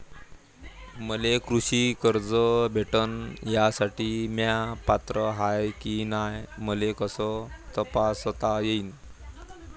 मले कृषी कर्ज भेटन यासाठी म्या पात्र हाय की नाय मले कस तपासता येईन?